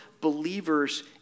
believers